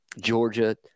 Georgia